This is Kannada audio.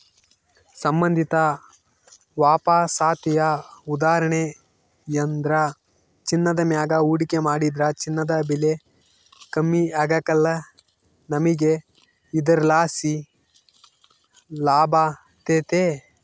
ಸಂಬಂಧಿತ ವಾಪಸಾತಿಯ ಉದಾಹರಣೆಯೆಂದ್ರ ಚಿನ್ನದ ಮ್ಯಾಗ ಹೂಡಿಕೆ ಮಾಡಿದ್ರ ಚಿನ್ನದ ಬೆಲೆ ಕಮ್ಮಿ ಆಗ್ಕಲ್ಲ, ನಮಿಗೆ ಇದರ್ಲಾಸಿ ಲಾಭತತೆ